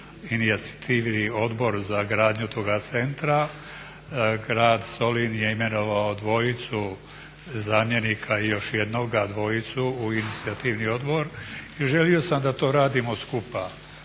inicijativi odbor za gradnju toga centra, grad Solin je imenovao dvojicu zamjenika i još jednoga, dvojicu u inicijativni odbor i želio sam da to radimo skupa.